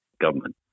government